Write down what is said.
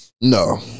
No